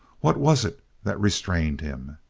what was it that restrained him?